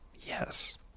Yes